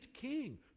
king